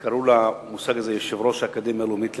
לכן קראו לזה יושב-ראש האקדמיה הלאומית למדעים.